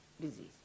disease